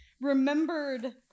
Remembered